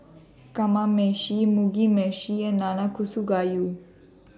Kamameshi Mugi Meshi and Nanakusa Gayu